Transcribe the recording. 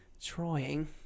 Trying